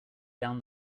down